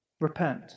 Repent